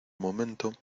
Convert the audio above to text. momento